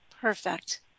Perfect